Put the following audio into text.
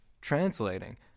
translating